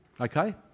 okay